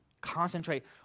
Concentrate